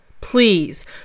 Please